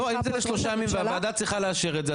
אם זה לשלושה ימים והוועדה צריכה לאשר את זה,